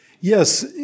Yes